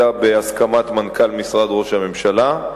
אלא בהסכמת מנכ"ל משרד ראש הממשלה.